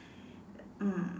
mm